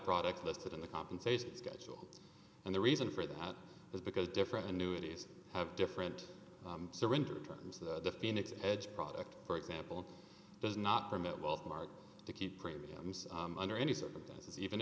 products listed in the compensation schedule and the reason for that is because different annuities have different surrender terms the phoenix edge product for example does not permit well mark to keep premiums under any circumstances even